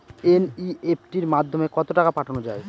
NEFT মাধ্যমে কত টাকা পাঠানো যায়?